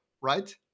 right